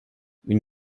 une